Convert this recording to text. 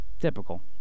Typical